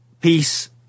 peace